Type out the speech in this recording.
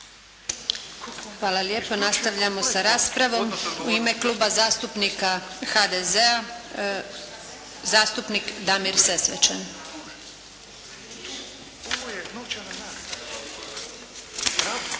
Hvala lijepo nastavljamo sa raspravom. U ime Kluba zastupnika HDZ-a, zastupnik Damir Sesvečan.